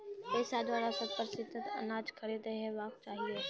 PACS द्वारा शत प्रतिसत अनाज खरीद हेवाक चाही?